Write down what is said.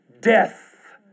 Death